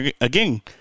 again